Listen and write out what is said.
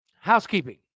housekeeping